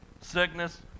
sickness